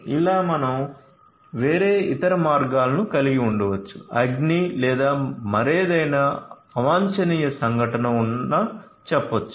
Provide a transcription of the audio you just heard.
ఇలా మనం వేరే ఇతర మార్గాలను కలిగి ఉండవచ్చు అగ్ని లేదా మరేదైనా అవాంఛనీయ సంఘటన ఉన్న చెప్పొచ్చు